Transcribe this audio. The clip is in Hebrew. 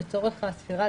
לצורך הספירה,